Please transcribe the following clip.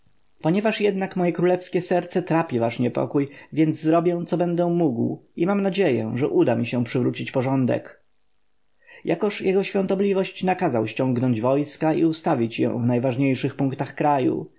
ponieważ jednak moje królewskie serce trapi wasz niepokój więc zrobię co będę mógł i mam nadzieję że uda mi się przywrócić porządek jakoż jego świątobliwość nakazał ściągnąć wojska i ustawić je w ww najważniejszych punktach kraju